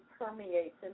permeates